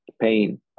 pain